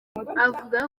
avuga